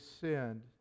sinned